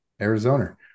arizona